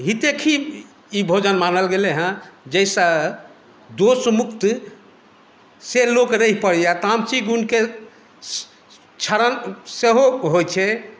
हितैषी ई भोजन मानल गेलै हेँ जाहिसँ दोष मुक्त से लोक रहि पड़ैए आ तामसी गुणके क्षरण सेहो होइत छै